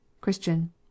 Christian